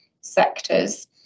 sectors